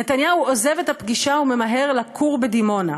נתניהו עוזב את הפגישה וממהר לכור בדימונה.